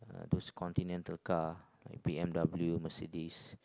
those continental car like B_M_W Mercedes